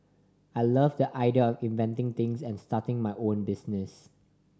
I love the idea inventing things and starting my own business